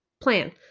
plan